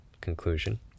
conclusion